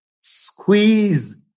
squeeze